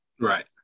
Right